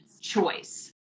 choice